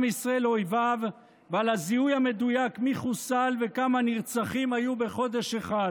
ישראל לאויביו ועל הזיהוי המדויק מי חוסל וכמה נרצחים היו בחודש אחד.